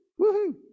Woohoo